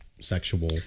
sexual